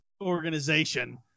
organization